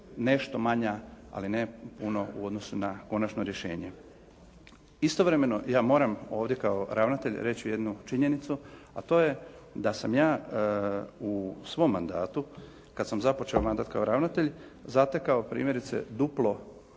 nešto manja ali ne puno u odnosu na konačno rješenje. Istovremeno ja moram ovdje kao ravnatelj reći jednu činjenicu, a to je da sam ja u svom mandatu kad sam započeo mandat kao ravnatelj zatekao primjerice duplo